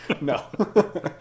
No